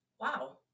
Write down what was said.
wow